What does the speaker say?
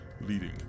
leading